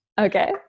Okay